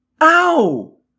Ow